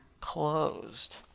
closed